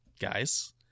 guys